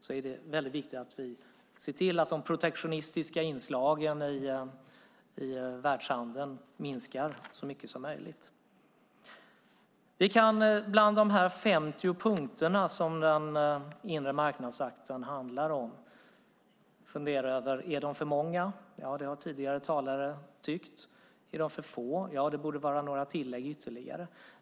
Då är det viktigt att vi ser till att de protektionistiska inslagen i världshandeln minskar så mycket som möjligt. Vi kan bland de 50 punkter som den inre marknadsakten handlar om fundera över: Är de för många? Det har tidigare talare tyckt. Är de för få? Det borde vara ytterligare några tillägg.